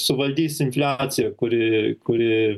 suvaldys infliaciją kuri kuri